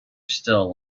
still